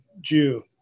Jew